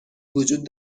وجود